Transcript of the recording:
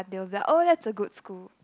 they will be like oh that's a good school